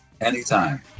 Anytime